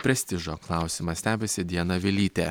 prestižo klausimas stebisi diana vilytė